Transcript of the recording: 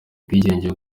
ubwigenge